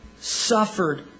suffered